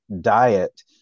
diet